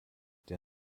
der